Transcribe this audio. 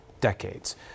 decades